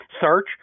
Search